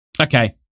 Okay